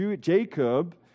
Jacob